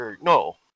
no